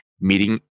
meeting